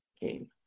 game